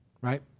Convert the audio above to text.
Right